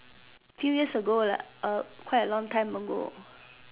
few years ago lah quite a long time ago